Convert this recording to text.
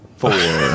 four